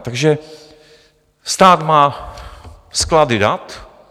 Takže stát má sklady dat.